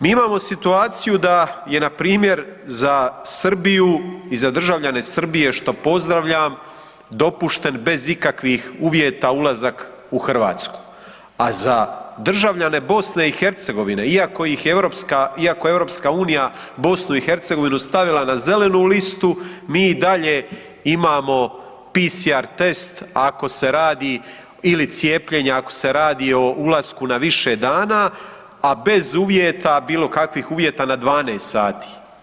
Mi imamo situaciju da je npr. za Srbiju i za državljane Srbije, što pozdravljam, dopušten bez ikakvih uvjeta ulazak u Hrvatsku, a za državljane BiH, iako ih europska, iako EU BiH stavila na zelenu listu, mi i dalje imamo PCR test ako se radi, ili cijepljenja, ako se radi o ulasku na više dana, a bez uvjeta, bilo kakvih uvjeta na 12 sati.